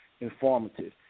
informative